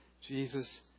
Jesus